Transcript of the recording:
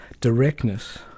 directness